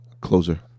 Closer